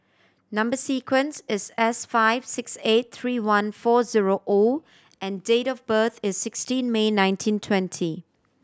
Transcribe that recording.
number sequence is S five six eight three one four zero O and date of birth is sixteen May nineteen twenty